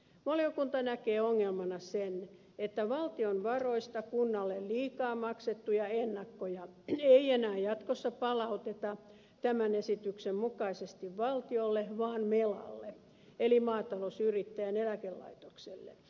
valiokunta näkee ongelmana sen että valtion varoista kunnalle liikaa maksettuja ennakkoja ei enää jatkossa palauteta tämän esityksen mukaisesti valtiolle vaan melalle eli maatalousyrittäjien eläkelaitokselle